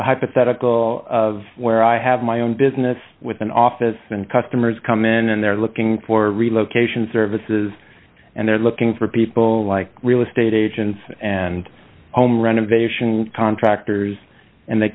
hypothetical of where i have my own business with an office and customers come in and they're looking for relocation services and they're looking for people like real estate agents and home renovation contractors and they